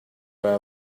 were